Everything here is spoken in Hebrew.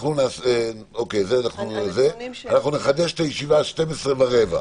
אנחנו נחדש את הישיבה ב-12:15.